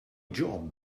job